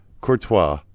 Courtois